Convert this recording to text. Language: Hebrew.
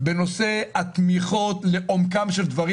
בנושא התמיכות לעומק הדברים.